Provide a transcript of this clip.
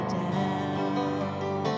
down